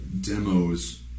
demos